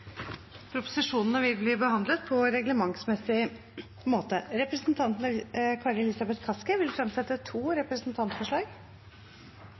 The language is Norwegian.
Forslagene vil bli behandlet på reglementsmessig måte.